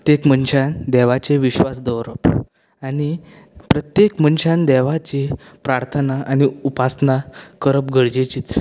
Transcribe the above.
प्रत्येक मनशान देवाचेर विश्वास दवरप आनी प्रत्येक मनशान देवाची प्रार्थना आनी उपासना करप गरजेचीच